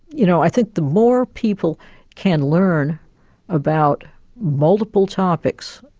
you know i think the more people can learn about multiple topics,